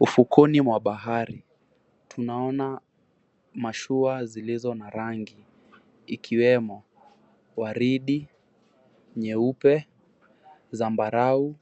Ufukoni mwa bahari, tunaona mashua zilizo na rangi. Ikiwemo waridi, nyeupe, zambarau,